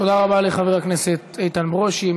תודה רבה לחבר הכנסת איתן ברושי.